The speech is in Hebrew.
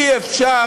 אי-אפשר